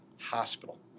hospital